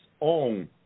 own